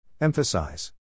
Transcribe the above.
Emphasize